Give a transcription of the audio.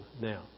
now